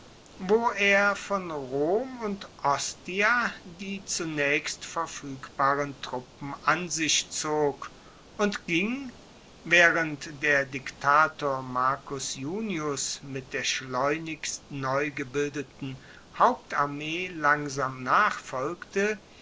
wo er von rom und ostia die zunaechst verfuegbaren truppen an sich zog und ging waehrend der diktator marcus junius mit der schleunigst neu gebildeten hauptarmee langsam